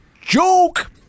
joke